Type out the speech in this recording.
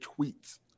tweets